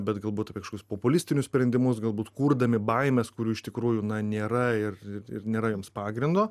bet galbūt apie kažkoius populistinius sprendimus galbūt kurdami baimes kurių iš tikrųjų na nėra ir nėra joms pagrindo